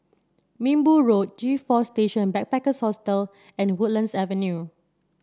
Minbu Road G Four Station Backpackers Hostel and Woodlands Avenue